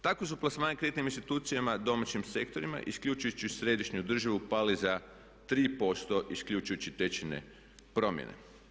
Tako su plasmani u kreditnim institucijama, domaćim sektorima isključujući središnju državu pali za 3% isključujući tečajne promjene.